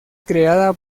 creada